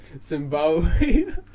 Zimbabwe